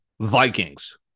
Vikings